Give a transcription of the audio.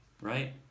Right